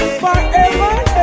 forever